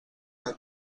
que